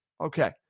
okay